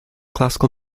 classical